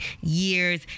years